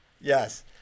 Yes